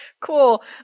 Cool